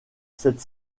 cette